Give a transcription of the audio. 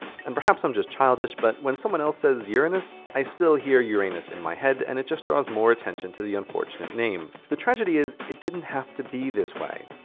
and perhaps i'm just childish, but when someone else says yur-in-us, i still hear your-anus in my head and it just draws more attention to the unfortunate name. the tragedy is, it didn't have to be this way.